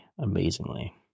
amazingly